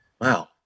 Wow